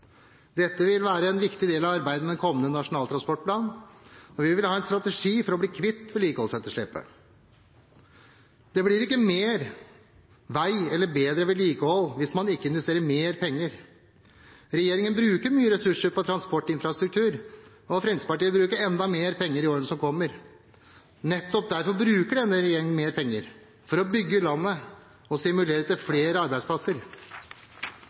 Dette vi1 være en viktig del av arbeidet med den kommende nasjonale transportplanen, og vi vil ha en strategi for å bli kvitt vedlikeholdsetterslepet. Det blir ikke mer vei eller bedre vedlikehold hvis man ikke investerer mer penger. Regjeringen bruker mye ressurser på transportinfrastruktur, og Fremskrittspartiet vil bruke enda mer penger i årene som kommer. Nettopp derfor bruker denne regjeringen mer penger – for å bygge landet og stimulere til flere arbeidsplasser.